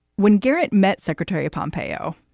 when garrett met secretary of pompeo,